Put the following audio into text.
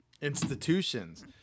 institutions